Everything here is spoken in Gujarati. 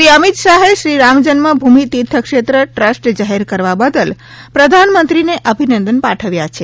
શ્રી અમિત શાહે શ્રી રામજન્મભૂમિ તિર્થક્ષેત્ર દૃજ જ જાહેર કરવા બદલ પ્રધાનમંત્રીને અભિનંદન પાઠવ્યા છે